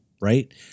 right